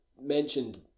mentioned